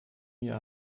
mir